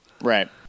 Right